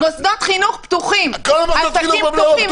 מוסדות חינוך פתוחים, עסקים פתוחים.